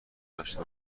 داشته